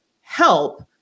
help